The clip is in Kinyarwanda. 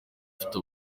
ufite